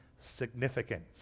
significant